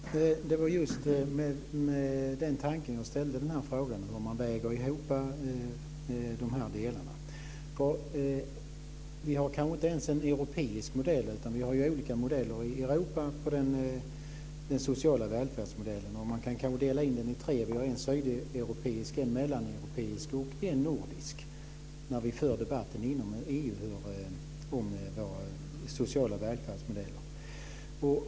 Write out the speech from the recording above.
Fru talman! Det var just med den tanken jag ställde frågan - om ifall man väger ihop de här delarna. Vi har kanske inte ens en europeisk modell, utan vi har olika modeller i Europa för social välfärd. Man kan kanske dela in dem i tre modeller. Vi har en sydeuropeisk, en mellaneuropeisk och en nordisk modell när vi för debatten inom EU om våra sociala välfärdsmodeller.